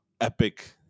epic